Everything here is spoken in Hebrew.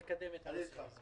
צריך לשדרג.